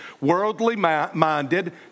worldly-minded